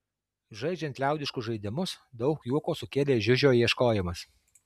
žaidžiant liaudiškus žaidimus daug juoko sukėlė žiužio ieškojimas